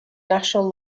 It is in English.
national